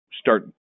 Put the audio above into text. start